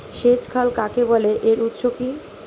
সেচ খাল কাকে বলে এর উৎস কি?